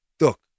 look